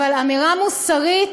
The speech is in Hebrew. אבל אמירה מוסרית,